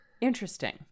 Interesting